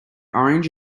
orange